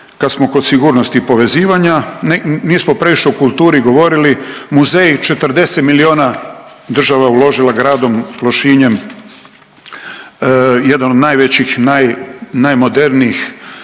Kad smo kod sigurnosti i povezivanja nismo previše o kulturi govorili muzeji 40 milijuna, država je uložila gradom Lošinjem jedan od najvećih, naj, najmodernijih